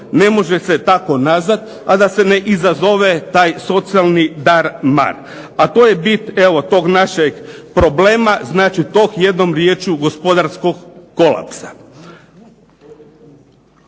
ne može se tako nazad, a da se ne izazove taj socijalni dar mar. A to je bit evo tog našeg problema, znači tog jednom rječju gospodarskog kolapsa.